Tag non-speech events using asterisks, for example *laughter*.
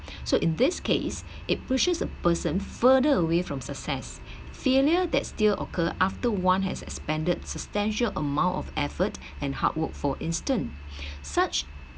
so in this case it pushes a person further away from success failure that still occur after one has expanded substantial amount of effort and hard work for instance *breath* such